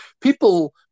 people